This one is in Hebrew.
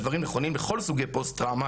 הדברים נכונים בכל סוגי הפוסט טראומה,